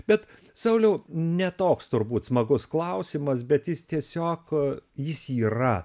bet sauliau ne toks turbūt smagus klausimas bet jis tiesiog jis yra